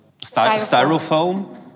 styrofoam